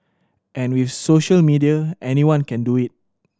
and with social media anyone can do it